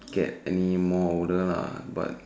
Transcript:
get any more older lah but